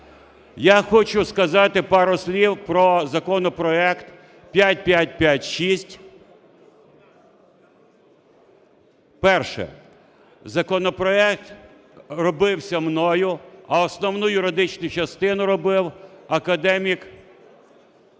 Я хочу сказати пару слів про законопроект 5556. Перше. Законопроект робився мною, а основну юридичну частину робив академік